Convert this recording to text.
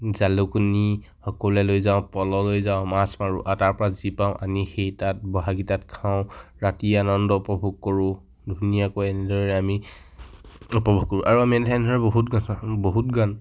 জালুকনী সকলোৱে লৈ যাওঁ পল' লৈ যাওঁ মাছ মাৰোঁ আৰু তাৰপৰা যি পাওঁ আনি সেই সেই তাত বহাগিটাত খাওঁ ৰাতি আনন্দ উপভোগ কৰোঁ ধুনীয়াকৈ এনেদৰে আমি উপভোগ কৰোঁ আৰু আমি এনেদৰে বহুত গান বহুত গান